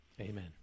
Amen